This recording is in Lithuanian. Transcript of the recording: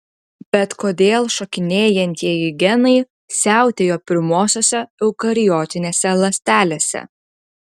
bet kodėl šokinėjantieji genai siautėjo pirmosiose eukariotinėse ląstelėse